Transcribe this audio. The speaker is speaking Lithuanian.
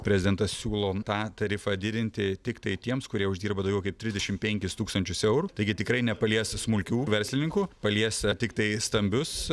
prezidentas siūlo tą tarifą didinti tiktai tiems kurie uždirba daugiau kaip trisdešimt penkis tūkstančius eurų taigi tikrai nepalies smulkių verslininkų palies tiktai stambius